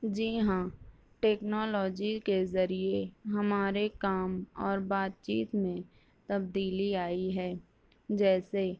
جی ہاں ٹیکنالوجی کے ذریعے ہمارے کام اور بات چیت میں تبدیلی آئی ہے جیسے